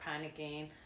panicking